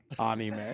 Anime